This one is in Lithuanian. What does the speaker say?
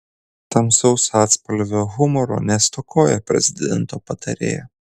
tamsaus atspalvio humoro nestokoja prezidento patarėja